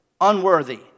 unworthy